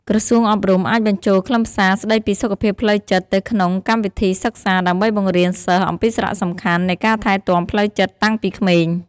ក្រសួងអប់រំអាចបញ្ចូលខ្លឹមសារស្តីពីសុខភាពផ្លូវចិត្តទៅក្នុងកម្មវិធីសិក្សា ដើម្បីបង្រៀនសិស្សអំពីសារៈសំខាន់នៃការថែទាំផ្លូវចិត្តតាំងពីក្មេង។